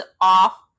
off